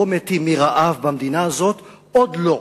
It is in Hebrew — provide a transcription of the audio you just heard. לא מתים מרעב במדינה הזאת, עוד לא.